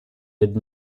did